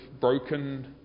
broken